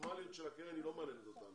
הפורמליות של הקרן היא לא מעניינת אותנו.